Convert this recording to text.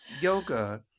yoga